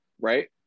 right